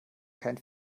kein